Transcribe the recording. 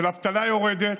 של אבטלה יורדת,